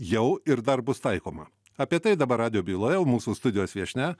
jau ir dar bus taikoma apie tai dabar radijo byloje o mūsų studijos viešnia